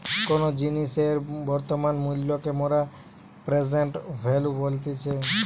কোনো জিনিসের বর্তমান মূল্যকে মোরা প্রেসেন্ট ভ্যালু বলতেছি